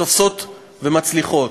שתופסות ומצליחות.